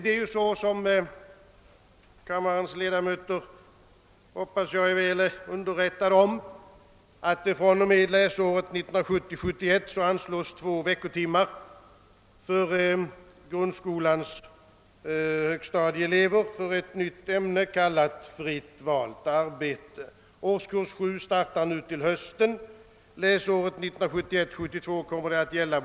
Det är ju så — vilket, hoppas jag, kammarens ledamöter är väl underkunniga om — att det från och med läsåret 1970 72 kommer det att gälla.